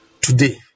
today